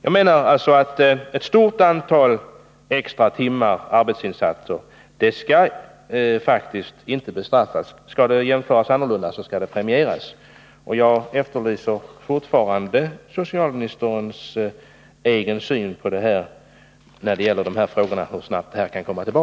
Jag menar alltså att ett stort antal extra timmars arbetsinsatser inte skall bestraffas. Om det skall ske en annorlunda bedömning så skall arbetet premieras. Och jag efterlyser fortfarande socialministerns egen syn på de här frågorna och hur snabbt ett förslag kan komma.